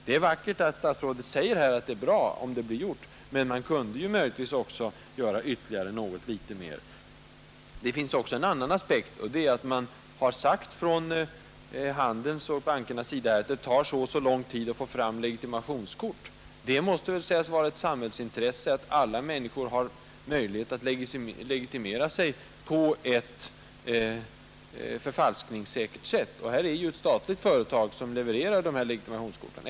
Det är vackert när statsrådet säger att det är bra om det blir gjort, men regeringen kunde möjligen göra litet mer. Det finns också en annan aspekt. Man har från handelns och bankernas sida sagt att det tar så och så lång tid att få fram legitimationskort. Men det måste väl vara ett samhällsintresse att alla människor har möjlighet att legitimera sig på ett förfalskningssäkert sätt, och det är ju ett statligt företag som levererar legitimationskorten.